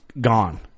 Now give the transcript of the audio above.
gone